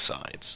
sides